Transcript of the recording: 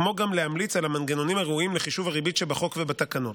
כמו גם להמליץ על המנגנונים הראויים לחישוב הריבית שבחוק ובתקנות.